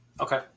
okay